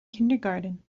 kindergarten